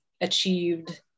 achieved